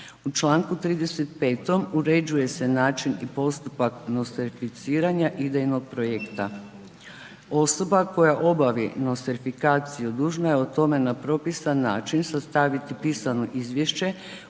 U čl. 35. uređuje se način i postupak nostrificiranja idejnog projekta. Osoba koja obavi nostrifikaciju, dužna je o tome na propisan način sastaviti pisano izvješće,